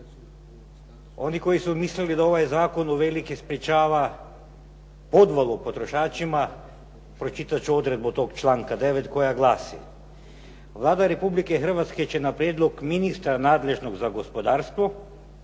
Oni koji su mislili da ovaj zakon uvelike sprečava podvalu potrošačima, pročitat ću odredbu tog članka 9. koja glasi: "Vlada Republike Hrvatske će na prijedlog ministra nadležnog za gospodarstvo